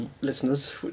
listeners